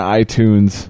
iTunes